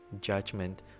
judgment